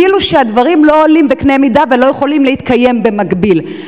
כאילו הדברים לא עולים בקנה אחד ולא יכולים להתקיים במקביל.